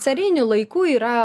carinių laikų yra